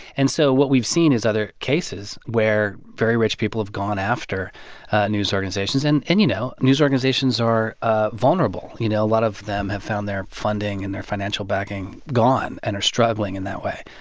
and so what we've seen is other cases where very rich people have gone after news organizations. and, you know, news organizations are ah vulnerable. you know, a lot of them have found their funding and their financial backing gone and are struggling in that way.